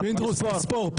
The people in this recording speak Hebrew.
פינדרוס, תספור.